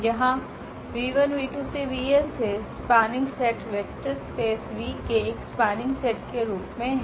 यहाँ𝑣12𝑣𝑛से spanning set vector space V के एक spanning set के रूप में है